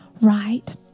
right